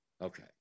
Okay